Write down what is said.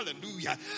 hallelujah